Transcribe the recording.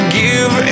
give